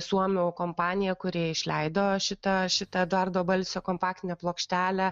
suomių kompanija kuri išleido šitą šitą eduardo balsio kompaktinę plokštelę